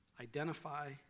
identify